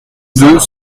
deux